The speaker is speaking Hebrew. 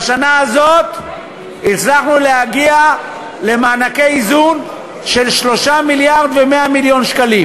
בשנה הזאת הצלחנו להגיע למענקי איזון של 3 מיליארד ו-100 מיליון שקלים.